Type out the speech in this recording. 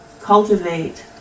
cultivate